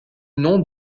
nom